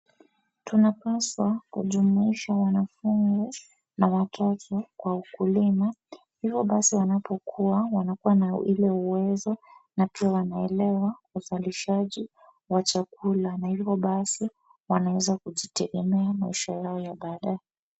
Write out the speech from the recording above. Tunapaswa kujumuisha wanafunzi na watoto kwa ukulima. Hivo basi wanapokua wanakuwa na ile uwezo na pia wanaelewa uzalishaji wa chakula, na hivo basi wanaweza kujitegemea maisha yao ya baadaye.